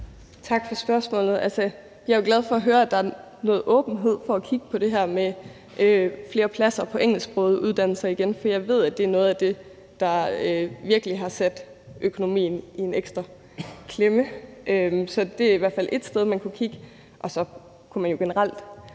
Tak for spørgsmålet. Altså, jeg er jo glad for at høre, at der er noget åbenhed over for at kigge på det her med flere pladser på engelsksprogede uddannelser igen, for jeg ved, at det er noget af det, der virkelig har sat økonomien i en ekstra klemme. Så det er i hvert fald et sted, man kunne kigge. Så kunne man jo også generelt